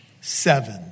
Seven